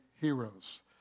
heroes